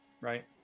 Right